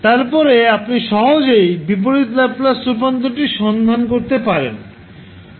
তারপরে আপনি সহজেই বিপরীত ল্যাপ্লাস রূপান্তরটি সন্ধান করতে পারেন